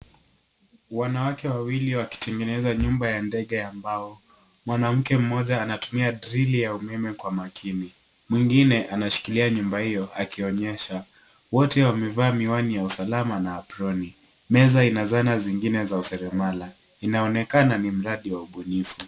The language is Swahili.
Wanawake wawili wakitengeneza nyumba ya ndege ya mbao, mwanamke mmoja anatumia drili ya umeme kwa makini. Mwingine anashikilia nyumba hiyo akionyesha, wote wamevaa miwani ya usalama na aproni, meza ina zana zingine za useremala. Inaonekana ni mradi wa ubunifu.